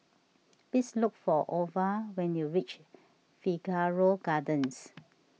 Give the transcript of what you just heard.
please look for Ova when you reach Figaro Gardens